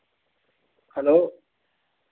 hello